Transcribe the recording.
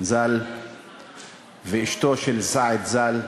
ז"ל ואשתו של סעד ז"ל.